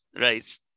right